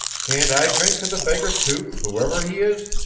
can't i drink to the beggar, too, whoever he is?